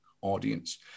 audience